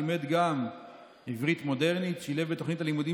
לימד גם עברית מודרנית ושילב בתוכנית הלימודים